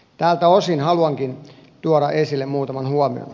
tältä osin haluankin tuoda esille muutaman huomion